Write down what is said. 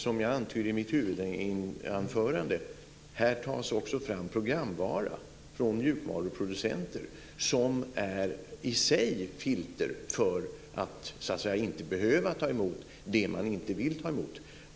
Som jag antydde i mitt huvudanförande så tas det också fram programvara från mjukvaruproducenter som i sig är filter för att så att säga inte behöva ta emot det som man inte vill ta emot.